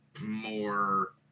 more